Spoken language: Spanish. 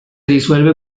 disuelve